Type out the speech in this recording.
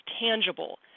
tangible